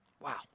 Wow